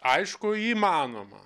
aišku įmanoma